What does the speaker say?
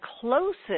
closest